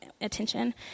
attention